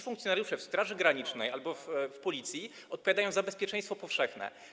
Funkcjonariusze Straży Granicznej albo Policji odpowiadają za bezpieczeństwo powszechne.